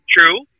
True